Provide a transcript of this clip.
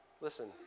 listen